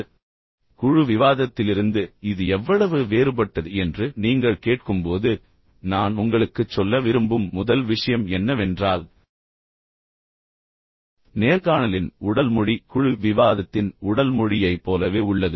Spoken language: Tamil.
இப்போது குழு விவாதத்திலிருந்து இது எவ்வளவு வேறுபட்டது என்று நீங்கள் கேட்கும்போது நான் உங்களுக்குச் சொல்ல விரும்பும் முதல் விஷயம் என்னவென்றால் நேர்காணலின் உடல் மொழி குழு விவாதத்தின் உடல் மொழியைப் போலவே உள்ளது